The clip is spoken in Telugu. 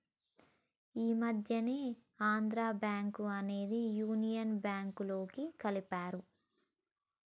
ఈ మధ్యనే ఆంధ్రా బ్యేంకు అనేది యునియన్ బ్యేంకులోకి కలిపారు